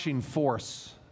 force